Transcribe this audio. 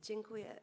Dziękuję.